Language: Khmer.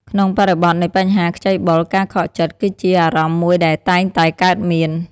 ក្នុងបរិបទនៃបញ្ហាខ្ចីបុល ការខកចិត្ត គឺជាអារម្មណ៍មួយដែលតែងតែកើតមាន។